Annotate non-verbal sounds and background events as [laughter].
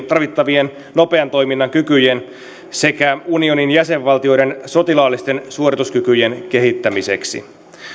[unintelligible] tarvittavien nopean toiminnan kykyjen sekä unionin jäsenvaltioiden sotilaallisten suorituskykyjen kehittämiseksi